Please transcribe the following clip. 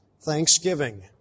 thanksgiving